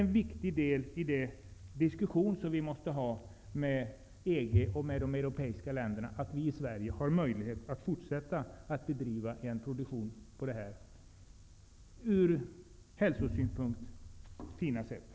En viktig del i den diskussion som vi måste föra med EG och övriga europeiska länder är att vi i Sverige har möjlighet att fortsätta bedriva en produktion på detta ur hälsosynpunkt fina sättet.